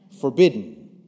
forbidden